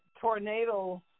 tornado